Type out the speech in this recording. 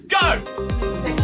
go